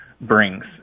brings